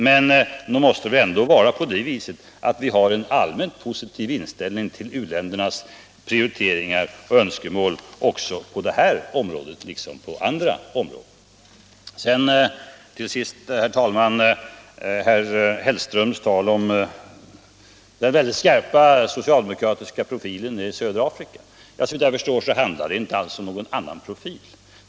Det måste ändå vara så, att vi har en allmänt positiv inställning till u-ländernas prioriteringar och önskemål också på detta område. Sedan till sist, herr talman, herr Hellströms tal om den skarpa socialdemokratiska profilen när det gäller södra Afrika. Såvitt jag förstår handlar det inte alls om någon annorlunda profil.